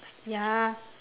ya